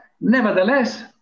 nevertheless